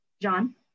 John